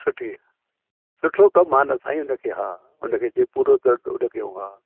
सुठी सुठो कमु आहे न साईं हा उन खे पूरो कर त सकियो हा